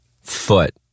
foot